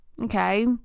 okay